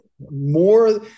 more